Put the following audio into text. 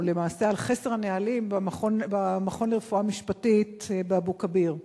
למעשה על חוסר הנהלים במכון לרפואה משפטית באבו-כביר.